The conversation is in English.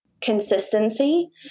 consistency